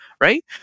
right